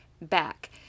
back